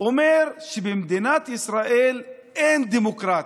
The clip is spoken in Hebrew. אומר שבמדינת ישראל אין דמוקרטיה.